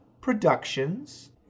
Productions